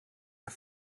are